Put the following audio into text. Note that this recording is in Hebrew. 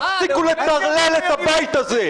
תפסיקו לטרלל את הבית הזה.